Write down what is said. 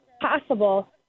possible